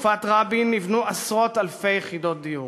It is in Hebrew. בתקופת רבין נבנו עשרות-אלפי יחידות דיור